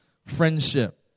Friendship